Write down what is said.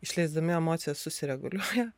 išleisdami emocijas susireguliuoja